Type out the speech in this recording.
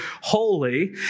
holy